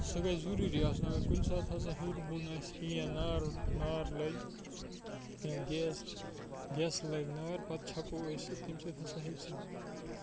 سُہ گژھِ ضٔروٗری آسُن اگر کُنہِ ساتہٕ ہَسا ہیٚور بۄن آسہِ کینٛہہ یا نار نار لَگہِ یا گیس گیسَس لَگہِ نار پَتہٕ چھَکو أسۍ سُہ تَمہِ سۭتۍ ہَسا ہیٚکہِ سُہ